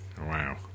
Wow